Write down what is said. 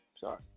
Sorry